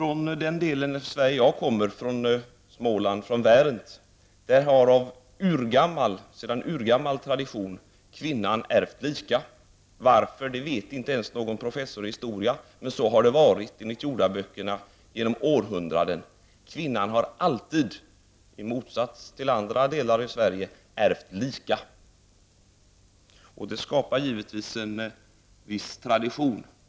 I den del av Sverige som jag kommer från, Värend i Småland, har av urgammal tradition kvinnan ärvt lika. Varför vet inte ens någon professor i historia, men så har det enligt jordeböckerna varit genom århundraden. Kvinnan har alltid, i motsats till vad som har varit fallet i andra delar av Sverige, ärvt lika. Det skapar givetvis en viss tradition.